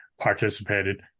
participated